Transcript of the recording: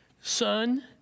Son